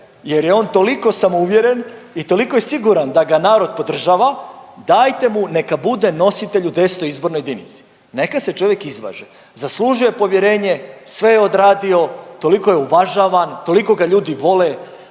jer je on toliko samouvjeren i toliko je siguran da ga narod podržava, dajte mu neka bude nositelj u X. izbornoj jedinici. Neka se čovjek izvaže. Zaslužio je povjerenje, sve je odradio, toliko je uvažavan, toliko ga ljudi vole,